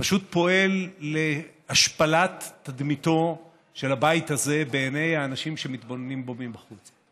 פשוט פועל להשפלת תדמיתו של הבית הזה בעיני האנשים שמתבוננים בו מבחוץ.